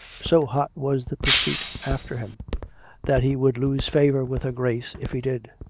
so hot was the pursuit after him that he would lose favour with her grace if he did.